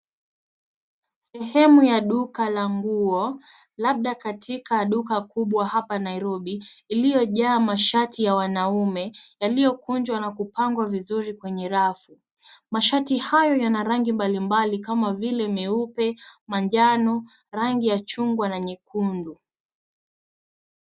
Sehemu ya duka la nguo, labda katika duka kubwa hapa Nairobi iliyojaa mashati ya wanaume yaliyokunjwa na kupangwa vizuri kwenye rafu. Mashati hayo yana rangi mbalimbali kama vile meupe, manjano, rangi ya chungwa na nyekundu.